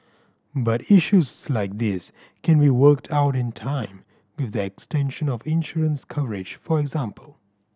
but issues like these can be worked out in time with the extension of insurance coverage for example